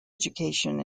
education